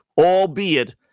albeit